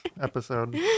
episode